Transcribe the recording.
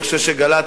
אני חושב שגל"צ,